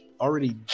already